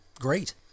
great